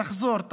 תחזור,